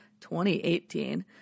2018